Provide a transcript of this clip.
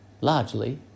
largely